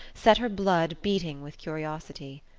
set her blood beating with curiosity.